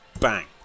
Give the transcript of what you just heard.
Bang